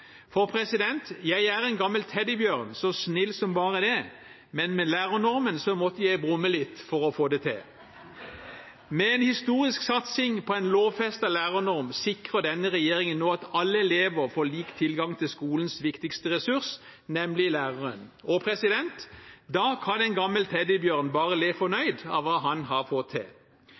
er en gammel teddybjørn så snill som bare det», men med lærernormen måtte jeg brumme litt «for å få det te»! Med en historisk satsing på en lovfestet lærernorm sikrer denne regjeringen nå at alle elever får lik tilgang til skolens viktigste ressurs, nemlig læreren, og da kan en gammel teddybjørn bare le fornøyd av hva han har fått til